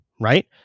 right